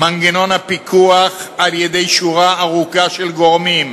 מנגנון הפיקוח על-ידי שורה ארוכה של גורמים: